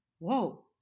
Whoa